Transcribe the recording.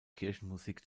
kirchenmusik